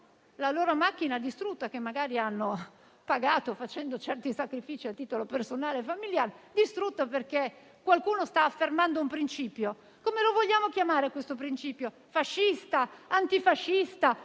la propria vettura, che magari hanno pagato facendo sacrifici a titolo personale e familiare; distrutta perché qualcuno sta affermando un principio. Come lo vogliamo chiamare questo principio: fascista, antifascista,